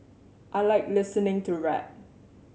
I like listening to rap